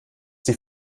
die